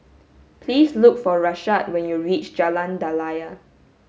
please look for Rashad when you reach Jalan Daliah